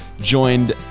joined